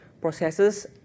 processes